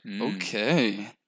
Okay